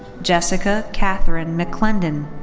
jessica katherine mcclendon.